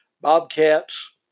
bobcats